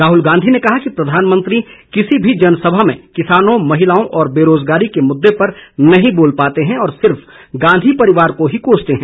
राहुल गांधी ने कहा कि प्रधानमंत्री किसी भी जनसभा में किसान महिलाओं और बेरोजगारी के मुद्दे पर नहीं बोल पाते हैं और सिर्फ गांधी परिवार को ही कोसते हैं